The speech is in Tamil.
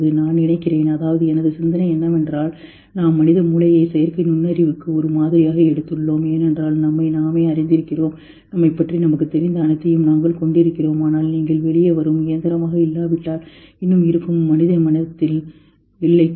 நான் நினைக்கிறேன் அதாவது எனது சிந்தனை என்னவென்றால் நாம் மனித மூளையை செயற்கை நுண்ணறிவுக்கு ஒரு மாதிரியாக எடுத்துள்ளோம் ஏனென்றால் நம்மை நாமே அறிந்திருக்கிறோம் நம்மைப் பற்றி நமக்குத் தெரிந்த அனைத்தையும் நாங்கள் கொண்டிருக்கிறோம் ஆனால் நீங்கள் வெளியே வரும் இயந்திரமாக இல்லாவிட்டால் இன்னும் இருக்கும் மனித மனதின் எல்லைக்குள்